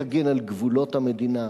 להגן על גבולות המדינה,